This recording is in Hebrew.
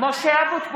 (קוראת בשמות חברי הכנסת) משה אבוטבול,